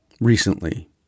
Recently